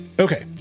Okay